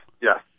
yes